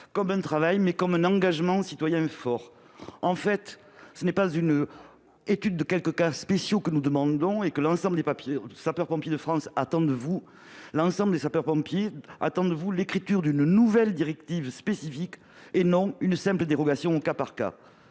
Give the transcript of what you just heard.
comme un travail : c'est un engagement citoyen fort ! Ce n'est pas une étude de quelques cas spéciaux que nous vous demandons. L'ensemble des sapeurs-pompiers de France attend l'écriture d'une nouvelle directive spécifique et non une simple dérogation au cas par cas.